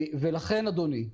לכן אדוני,